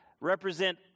represent